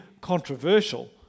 controversial